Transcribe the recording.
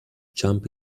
jump